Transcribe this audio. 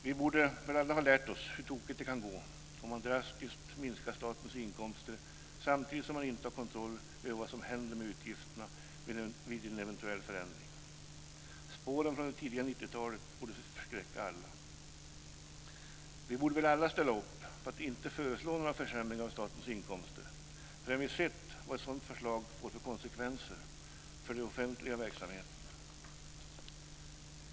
Vi borde alla ha lärt oss hur tokigt det kan gå om man drastiskt minskar statens inkomster samtidigt som man inte har kontroll över vad som händer med utgifterna vid en sådan förändring. Spåren från det tidiga 90-talet borde förskräcka alla. Vi borde alla ställa oss bakom att inte föreslå några försämringar av statens inkomster. Vi har nu sett vad ett sådant förslag får för konsekvenser för de offentliga verksamheterna.